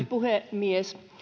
puhemies